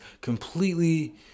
completely